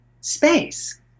space